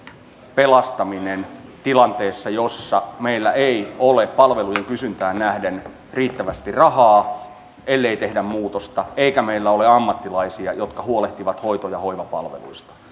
pelastaminen tilanteessa jossa meillä ei ole palvelujen kysyntään nähden riittävästi rahaa ellei tehdä muutosta eikä meillä ole ammattilaisia jotka huolehtivat hoito ja hoivapalveluista